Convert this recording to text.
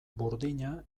burdina